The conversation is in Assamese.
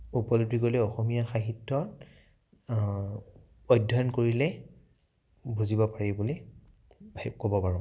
উপলব্ধি কৰিলে অসমীয়া সাহিত্যত অধ্যয়ন কৰিলে বুজিব পাৰি বুলি ক'ব পাৰোঁ